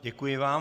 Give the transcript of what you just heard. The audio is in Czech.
Děkuji vám.